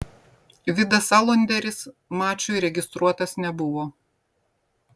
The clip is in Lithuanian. vidas alunderis mačui registruotas nebuvo